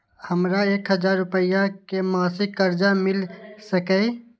हमरा एक हजार रुपया के मासिक कर्जा मिल सकैये?